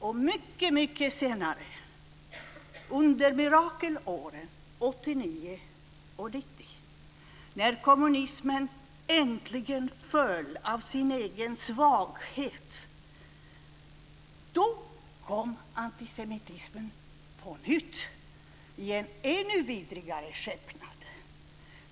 Och mycket senare under mirakelåren 1989 och 1990 när kommunismen äntligen föll av sin egen svaghet, då kom antisemitismen på nytt i en ännu vidrigare skepnad.